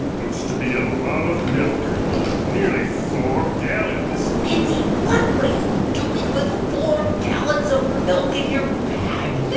looks to be a lot of milk nearly four gallons mindy, what what are you doing with four gallons of milk in your bag?